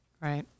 right